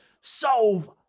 solve